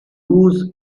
lose